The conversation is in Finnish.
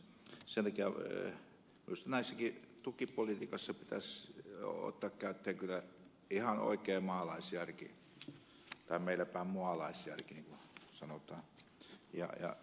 sen takia minusta tässäkin tukipolitiikassa pitäisi ottaa käyttöön kyllä ihan oikea maalaisjärki tai meilläpäin mualaisjärki niin kuin sanotaan